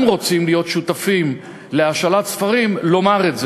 רוצים להיות שותפים להשאלת ספרים לומר את זה.